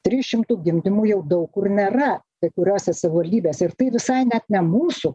trijų šimtų gimdymų jau daug kur nėra kai kuriose savivaldybėse ir tai visai net ne mūsų